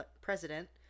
president